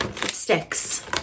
Sticks